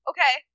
Okay